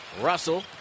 Russell